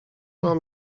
mam